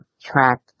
track